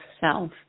self